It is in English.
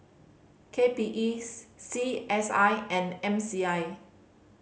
K P E C S I and M C I